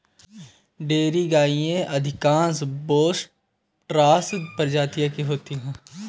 dairy गायें अधिकांश बोस टॉरस प्रजाति की होती हैं